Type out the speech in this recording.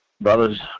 brothers